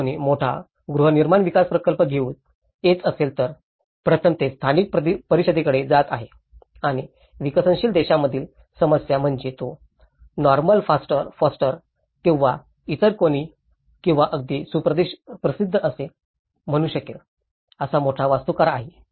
जर कोणी मोठा गृहनिर्माण विकास प्रकल्प घेऊन येत असेल तर प्रथम ते स्थानिक परिषदेकडे जात आहे आणि विकसनशील देशांमधील समस्या म्हणजे तो नॉर्मन फॉस्टर किंवा इतर कोणी किंवा अगदी सुप्रसिद्ध असे म्हणू शकेल असा मोठा वास्तूकार असेल